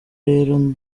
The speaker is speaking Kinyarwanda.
rero